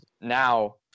now